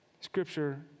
Scripture